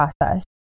process